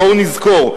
בואו נזכור,